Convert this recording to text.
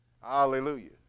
Hallelujah